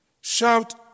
Shout